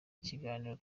ikiganiro